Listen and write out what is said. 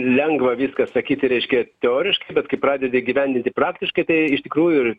lengva viską sakyti reiškia teoriškai bet kai pradedi įgyvendinti praktiškai tai iš tikrųjų ir